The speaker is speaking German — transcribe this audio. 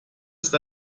ist